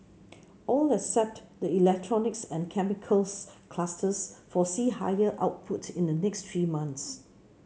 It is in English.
all except the electronics and chemicals clusters foresee higher output in the next three months